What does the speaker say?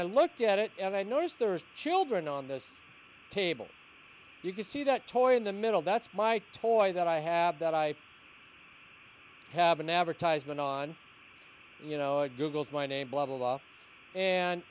i looked at it and i noticed there are children on this table you can see that toy in the middle that's my toy that i have that i have an advertisement on you know googles my name blah blah blah and